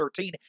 13